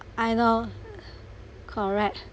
I know correct